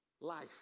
life